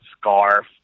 scarf